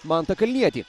mantą kalnietį